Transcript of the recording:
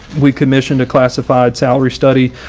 we commissioned a classified salary study,